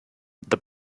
the